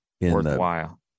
worthwhile